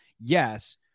Yes